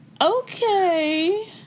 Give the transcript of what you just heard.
Okay